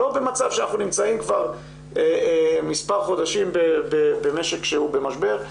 לא במצב שאנחנו נמצאים כבר מספר חודשים במשק שהוא במשבר,